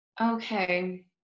Okay